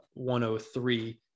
103